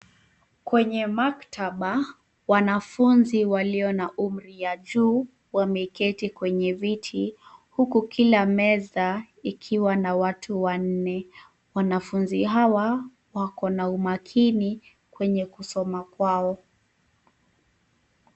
Kwenye maktaba, wanafunzi walio na umri ya juu, wameketi kwenye viti huku kila meza ikiwa na watu wanne. Wanafunzi hawa wako na umakini kwenye kusoma kwao.